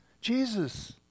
Jesus